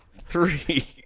three